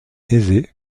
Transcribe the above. aisé